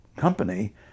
Company